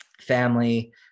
family